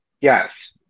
Yes